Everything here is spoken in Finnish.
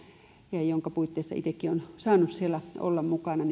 ja jonka puitteissa itsekin olen saanut tässä olla mukana